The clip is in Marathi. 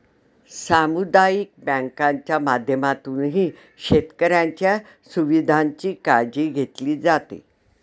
सामुदायिक बँकांच्या माध्यमातूनही शेतकऱ्यांच्या सुविधांची काळजी घेतली जाते